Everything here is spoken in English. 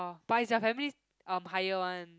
but is your family um hire one